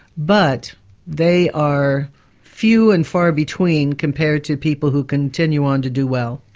but they are few and far between compared to people who continue on to do well.